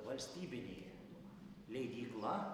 valstybinė leidykla